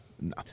No